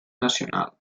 nacional